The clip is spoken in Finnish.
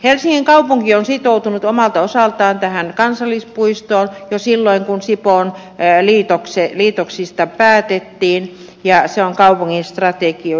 helsingin kaupunki on sitoutunut omalta osaltaan tähän kansallispuistoon jo silloin kun sipoon liitoksista päätettiin ja se on kaupungin strategioissa